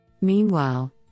Meanwhile